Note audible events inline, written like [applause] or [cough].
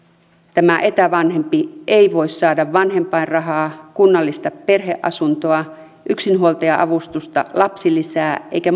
tämä etävanhempi ei voi saada vanhempainrahaa kunnallista perheasuntoa yksinhuoltaja avustusta lapsilisää eikä [unintelligible]